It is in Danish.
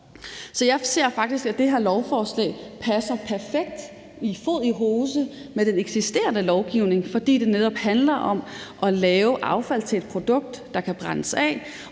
Jeg ser det faktisk sådan, at det her lovforslag passer perfekt som fod i hose med den eksisterende lovgivning, fordi det netop handler om at lave affald til et produkt, der kan brændes af,